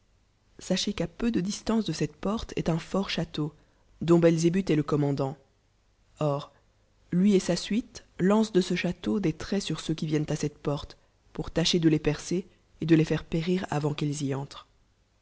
aachez qu'à peu de distance de cette porte est un fort château dont belzébut est le commandant or lui et sa suite lancent de ce chsteau des traits sur ceux lui vienneot cette porte pour tâcher de les percer et de les faire périr avant qu'ils y entrent